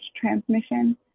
transmission